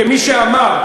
כמי שאמר,